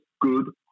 good